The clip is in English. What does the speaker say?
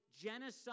genocide